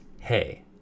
hey